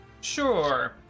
Sure